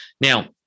Now